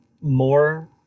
more